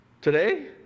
Today